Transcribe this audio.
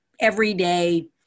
everyday